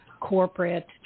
corporate